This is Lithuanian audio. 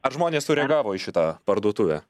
ar žmonės sureagavo į šitą parduotuvę